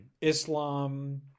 Islam